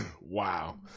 Wow